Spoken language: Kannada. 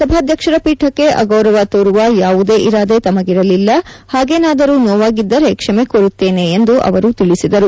ಸಭಾಧ್ಯಕ್ಷರ ಪೀಠಕ್ಕೆ ಅಗೌರವ ತೋರುವ ಯಾವುದೇ ಇರಾದೆ ತಮಗಿರಲಿಲ್ಲ ಹಾಗೇನಾದರೂ ನೋವಾಗಿದ್ದರೆ ಕ್ವಮೆ ಕೋರುತ್ತೇನೆ ಎಂದು ತಿಳಿಸಿದರು